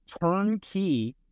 turnkey